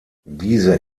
diese